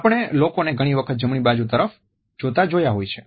આપણે લોકોને ઘણી વખત જમણી બાજુ તરફ જોતા જોયા છે